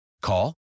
Call